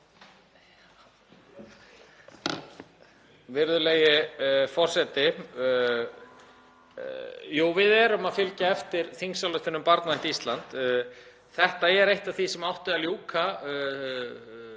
Virðulegi forseti. Jú, við erum að fylgja eftir þingsályktun um Barnvænt Ísland. Þetta er eitt af því sem átti að ljúka